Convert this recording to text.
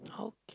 okay